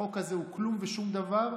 החוק הזה הוא כלום ושום דבר,